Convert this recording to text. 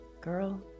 Girl